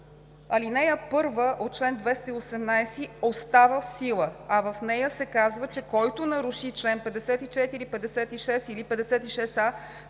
Алинея 2 на чл. 218 остава в сила, а в нея се казва, че който наруши чл. 54, 56 или 56а,